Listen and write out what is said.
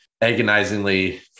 agonizingly